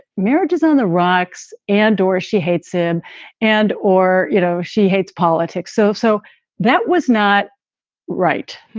marriage is on the rocks and or she hates him and or, you know, she hates politics. so. so that was not right.